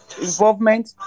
involvement